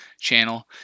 channel